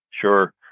Sure